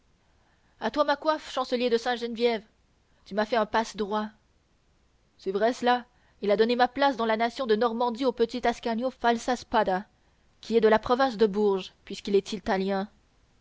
à toi ma coiffe chancelier de sainte-geneviève tu m'as fait un passe droit c'est vrai cela il a donné ma place dans la nation de normandie au petit ascanio falzaspada qui est de la province de bourges puisqu'il est italien